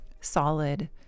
solid